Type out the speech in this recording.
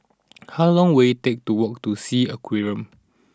how long will it take to walk to Sea Aquarium